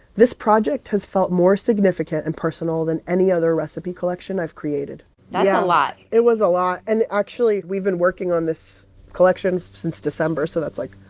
this project has felt more significant and personal than any other recipe collection i've created that's a lot yeah. it was a lot. and actually, we've been working on this collection since december. so that's, like,